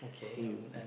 him